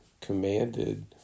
commanded